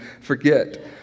forget